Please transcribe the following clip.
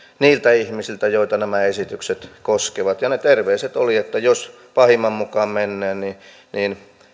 niiltä ihmisiltä joita nämä esitykset koskevat ja ne terveiset olivat että jos pahimman mukaan mennään niin niin